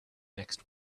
next